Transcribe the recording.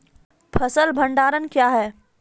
फसल भंडारण क्या हैं?